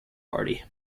party